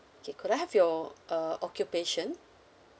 okay could I have your err occupation